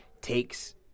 takes –